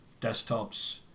desktops